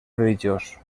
religiós